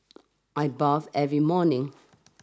I bathe every morning